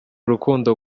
urukundo